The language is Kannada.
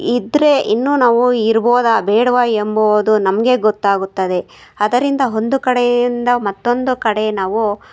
ಇದ್ದರೆ ಇನ್ನೂ ನಾವು ಇರ್ಬೋದಾ ಬೇಡವಾ ಎಂಬುವುದು ನಮಗೇ ಗೊತ್ತಾಗುತ್ತದೆ ಅದರಿಂದ ಒಂದು ಕಡೆಯಿಂದ ಮತ್ತೊಂದು ಕಡೆ ನಾವು